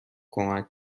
کمک